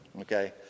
okay